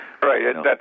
Right